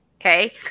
Okay